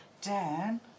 Dan